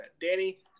Danny